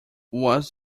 was